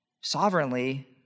sovereignly